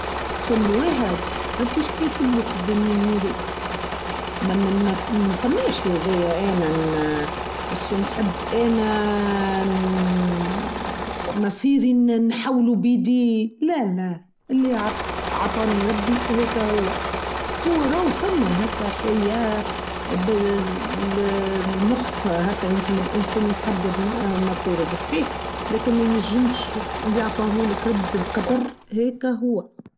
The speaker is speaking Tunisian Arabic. كل واحد ربي إيش كاتب له في الدنيا هذي ما فميش هذي أنا اشي نحب أنا مصيري نحاوله بيدي لا لا اللي عطاني ربي هيك هو هو رأوه فمه هكا شوية بالمخ هكا لازم الانسان يحدد مصيره بصحيح لكن مينجمش اللي يعطاهولك ربي القدر هيكا هو.